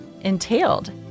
entailed